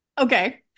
Okay